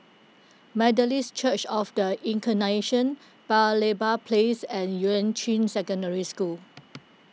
Methodist Church of the Incarnation Paya Lebar Place and Yuan Ching Secondary School